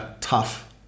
tough